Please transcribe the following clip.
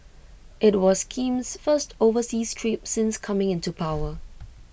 IT was Kim's first overseas trip since coming into power